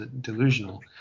delusional